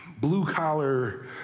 blue-collar